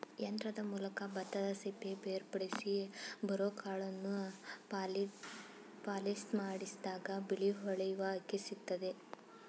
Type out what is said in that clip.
ಯಂತ್ರದ ಮೂಲಕ ಭತ್ತದಸಿಪ್ಪೆ ಬೇರ್ಪಡಿಸಿ ಬರೋಕಾಳನ್ನು ಪಾಲಿಷ್ಮಾಡಿದಾಗ ಬಿಳಿ ಹೊಳೆಯುವ ಅಕ್ಕಿ ಸಿಕ್ತದೆ